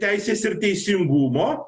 teisės ir teisingumo